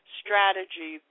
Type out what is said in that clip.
strategy